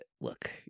look